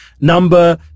number